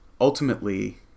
Ultimately